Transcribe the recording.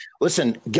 Listen